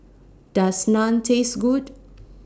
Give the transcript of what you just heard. Does Naan Taste Good